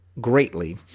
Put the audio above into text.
greatly